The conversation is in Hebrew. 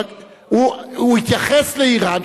הוא התייחס לאירן.